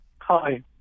Hi